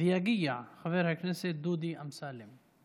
ויגיע חבר הכנסת דודי אמסלם.